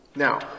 Now